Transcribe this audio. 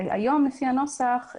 היום לפי הנוסח,